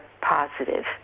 positive